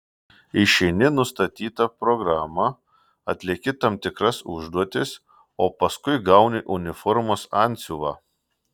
išeini nustatytą programą atlieki tam tikras užduotis o paskui gauni uniformos antsiuvą